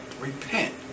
repent